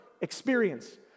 experience